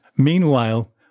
Meanwhile